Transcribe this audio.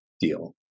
deal